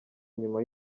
inyuma